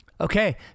Okay